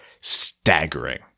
staggering